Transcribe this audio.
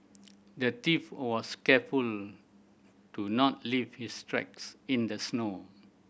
the thief was careful to not leave his tracks in the snow